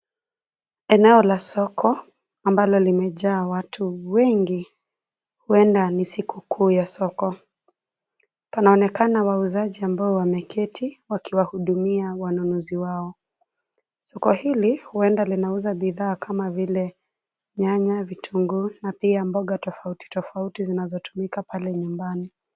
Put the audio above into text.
Eneo la soko ambalo limejaa watu wengi; huenda ni siku kuu ya soko. Panaonekana wauzaji ambao wameketi; wakiwahudumia wanunuzi wao. Soko hili huenda linauza bidhaa kama vile nyanya, vitunguu na pia mboga tofauti tofauti zinazotumika pale nyumbani.